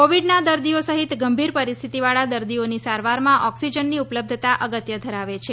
કોવિડના દર્દીઓ સહિત ગંભીર પરિસ્થિતિવાળા દર્દીઓની સારવારમાં ઓક્સિજનની ઉપલબ્ધતા અગત્ય ધરાવે છે